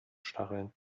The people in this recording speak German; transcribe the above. stacheln